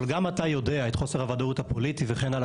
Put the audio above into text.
אבל גם אתה יודע את חוסר הוודאות הפוליטי וכן הלאה,